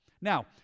Now